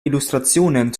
illustrationen